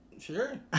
Sure